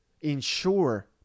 ensure